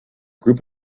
group